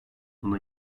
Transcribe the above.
buna